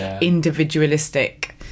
individualistic